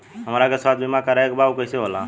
हमरा के स्वास्थ्य बीमा कराए के बा उ कईसे होला?